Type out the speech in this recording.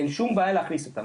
אין שום בעיה להכניס אותם,